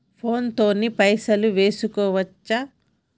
Phone తోని పైసలు వేసుకోవచ్చా?